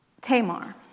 Tamar